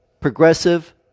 progressive